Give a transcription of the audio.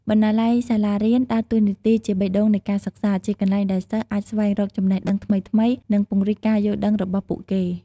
បណ្ណាល័យសាលារៀនដើរតួនាទីជាបេះដូងនៃការសិក្សា ជាកន្លែងដែលសិស្សអាចស្វែងរកចំណេះដឹងថ្មីៗ និងពង្រីកការយល់ដឹងរបស់ពួកគេ។